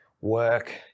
work